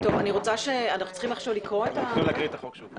אנחנו צריכים להקריא את החוק שוב.